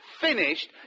finished